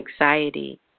anxiety